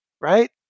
right